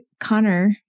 Connor